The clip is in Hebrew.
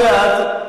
האחרון,